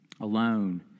alone